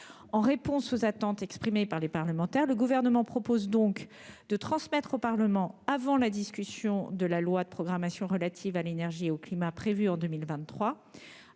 En réponse aux attentes exprimées par les parlementaires, le Gouvernement propose de transmettre au Parlement, avant la discussion de la loi de programmation relative à l'énergie et au climat prévue en 2023,